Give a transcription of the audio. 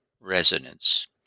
resonance